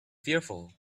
fearful